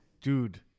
Dude